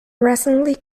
recently